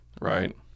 Right